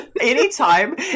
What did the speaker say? anytime